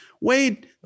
Wade